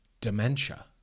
Dementia